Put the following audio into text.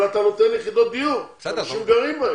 אבל אתה נותן יחידות דיור - אנשים גרים.